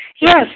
Yes